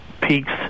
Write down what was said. peaks